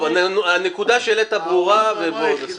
הנקודה שהעלית ברורה ו --- ההוראה